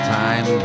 time